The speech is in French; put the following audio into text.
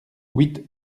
huit